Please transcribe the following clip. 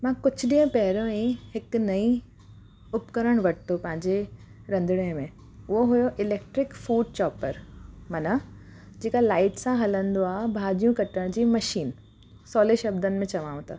मां कुझु ॾींहं पहिरियों ई हिक नई उपकरण वरितो पांजे रंधिणे में उहो हुओ इलेक्ट्रिक फूड चोपर माना जेका लाइट्स सां हलंदो आहे भाॼियूं कटण जी मशीन सवले शब्दनि में चवांव त